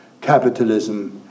capitalism